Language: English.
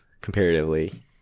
comparatively